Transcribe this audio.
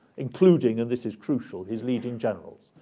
including and this is crucial, his leading generals.